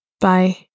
Bye